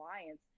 alliance